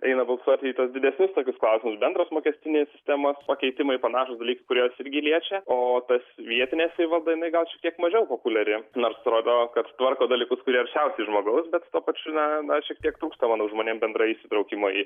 eina balsuot į tuos didesnius tokius klausimus bendros mokestinės sistemos pakeitimai panašūs dalykai kuriuos irgi liečia o tas vietinė savivalda jinai gal šiek tiek mažiau populiari nors rodo kad tvarko dalykus kurie arčiausiai žmogaus bet tuo pačiu na na šiek tiek trūksta mano žmonėms bendrai įsitraukimo į